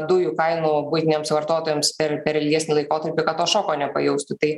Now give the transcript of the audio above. dujų kainų buitiniams vartotojams per per ilgesnį laikotarpį to šoko nepajaustų tai